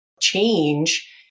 change